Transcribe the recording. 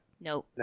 No